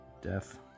Death